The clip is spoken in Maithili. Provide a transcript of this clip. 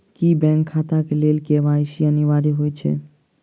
की बैंक खाता केँ लेल के.वाई.सी अनिवार्य होइ हएत?